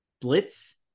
Blitz